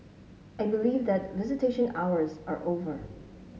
I believe that visitation hours are over